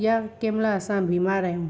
या कंहिंमहिल असां बीमारु आहियूं